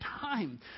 time